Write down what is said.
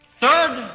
third,